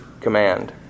command